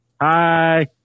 hi